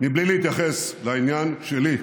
בלי להתייחס לעניין שלי,